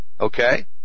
okay